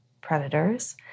predators